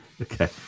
okay